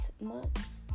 months